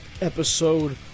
episode